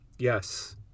Yes